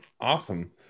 awesome